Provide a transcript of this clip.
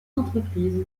entreprises